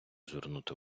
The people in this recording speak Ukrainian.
звернути